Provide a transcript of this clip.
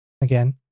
Again